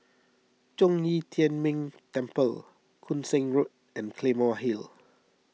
Zhong Yi Tian Ming Temple Koon Seng Road and Claymore Hill